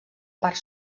part